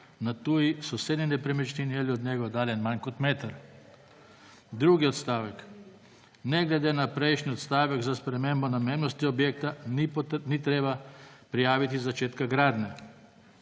na tuji sosednji nepremičnini ali je od njega oddaljen manj kot meter. Drugi odstavek. Ne glede na prejšnji odstavek za spremembo namembnosti objekta ni treba prijaviti začetka gradnje.